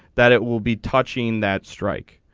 that it will be touching that strike.